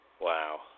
Wow